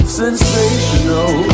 sensational